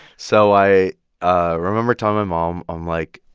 so i ah remember telling my mom. i'm like,